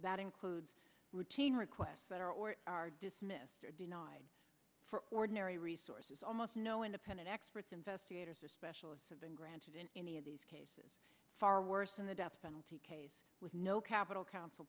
that includes routine requests that are or are dismissed or denied for ordinary resources almost no independent experts investigators or specialists have been granted in any of these cases far worse than the death penalty case with no capital coun